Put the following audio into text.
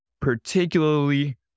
particularly